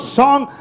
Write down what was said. song